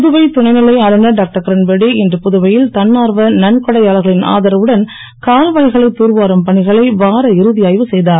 புதுவை துணைநிலை ஆளுநர் டாக்டர் கிரண்பேடி இன்று புதுவையில் தன்னார்வ நன்கொடையாளர்களின் ஆதரவுடன் கால்வாய்களை தூர்வாரும் பணிகளை வார இறுதி ஆய்வு செய்தார்